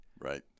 Right